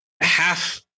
half